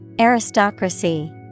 Aristocracy